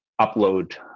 upload